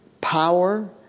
power